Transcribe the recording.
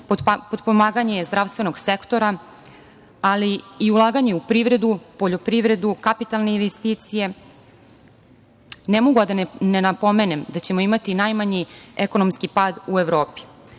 potpomaganje zdravstvenog sektora, ali i ulaganje u privredu, poljoprivredu, kapitalne investicije. Ne mogu a da ne napomenem da ćemo imati najmanji ekonomski pad u